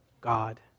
God